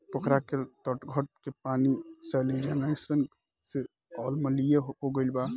पोखरा के तलछट के पानी सैलिनाइज़ेशन से अम्लीय हो गईल बा